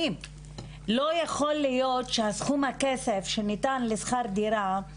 לא יכול להיות שסכום הכסף שניתן לשכר דירה הוא